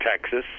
Texas